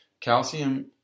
calcium